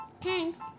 Thanks